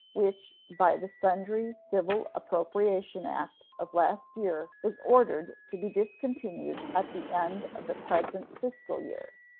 which by the sundry civil appropriation act of last year was ordered to be discontinued at the end of the present fiscal year.